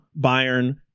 Bayern